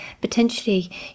potentially